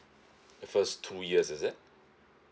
first two years is it